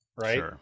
right